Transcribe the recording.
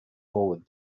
forward